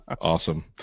Awesome